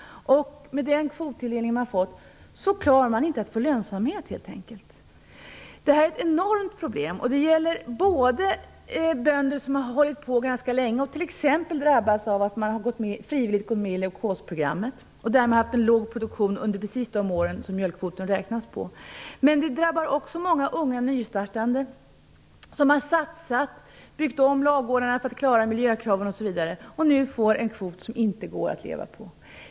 Med den kvottilldelning som de har fått klarar de helt enkelt inte av att få lönsamhet. Detta är ett enormt problem. Det gäller bönder som har hållit på ganska länge och som t.ex. har drabbats av att de frivilligt har gått med i leukosprogrammet. De har haft en låg produktion under precis de år som mjölkkvoten räknas på. Detta drabbar också många unga som har satsat och byggt om ladugårdarna för att klara miljökraven osv. Nu får de en kvot som de inte kan leva på.